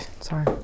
Sorry